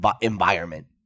environment